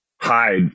hide